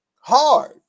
hard